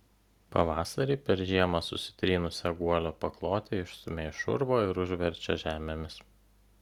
pavasarį per žiemą susitrynusią guolio paklotę išstumia iš urvo ir užverčia žemėmis